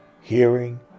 hearing